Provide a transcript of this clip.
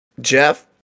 Jeff